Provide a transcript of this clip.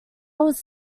was